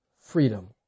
freedom